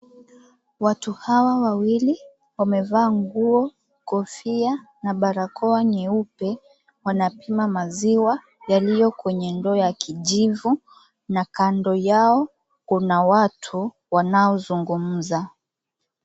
Watu hawa wawili, wamevaa nguo, kofia na barakoa nyeupe. Wanapima maziwa yaliyo kwenye ndoo ya kijivu, na kando yao kuna watu wanaozungumza.